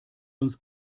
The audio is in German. uns